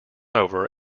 over